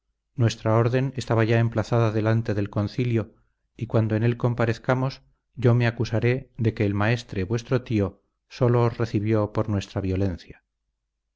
nuestra orden estaba ya emplazada delante del concilio y cuando en él comparezcamos yo me acusaré de que el maestre vuestro tío sólo os recibió por nuestra violencia